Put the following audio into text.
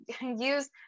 use